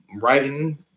writing